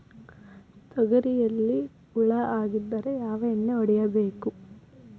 ತೊಗರಿಯಲ್ಲಿ ಹುಳ ಆಗಿದ್ದರೆ ಯಾವ ಎಣ್ಣೆ ಹೊಡಿಬೇಕು?